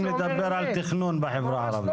כנראה מפריע להם שרוצים לדבר על תכנון בחברה הערבית.